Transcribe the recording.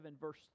verse